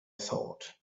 thought